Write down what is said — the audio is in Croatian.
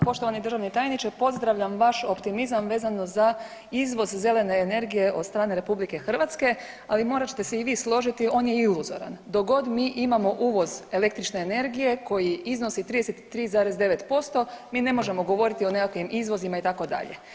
Poštovani državni tajniče pozdravljam vaš optimizam vezano za izvoz zelene energije od strane RH, ali morat ćete se i vi složiti on je iluzoran dok god mi imamo uvoz električne energije koji iznosi 33,9% mi ne možemo govoriti o nekakvim izvozima itd.